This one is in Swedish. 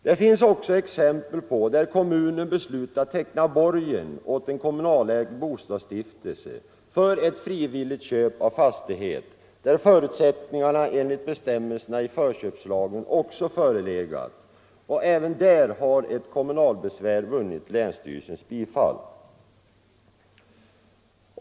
Det finns också exempel på att kommunen har beslutat teckna borgen för en kommunalägd bostadsstiftelse för ett frivilligt köp av fastighet, där förutsättningarna enligt bestämmelserna i förköpslagen också har förelegat. Även där har ett kommunalbesvär vunnit länsstyrelsens bifall.